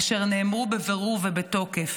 אשר נאמרו בבירור ובתוקף: